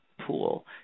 pool